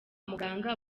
muganga